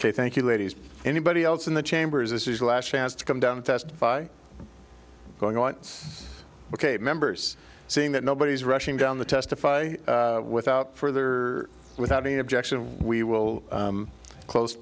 say thank you ladies anybody else in the chambers this is a last chance to come down testify going on ok members seeing that nobody is rushing down the testify without further without any objection we will close